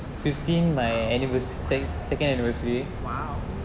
!wow! !wow!